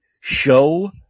show